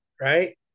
Right